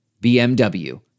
BMW